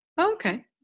okay